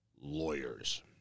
lawyers